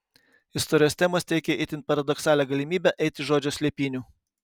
istorijos temos teikė itin paradoksalią galimybę eiti žodžio slėpynių